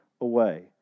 away